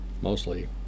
Mostly